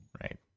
Right